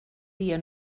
dia